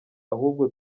ahubwo